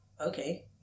Okay